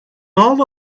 all